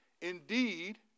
indeed